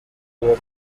uwa